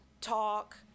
talk